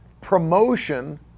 promotion